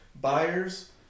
buyers